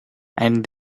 and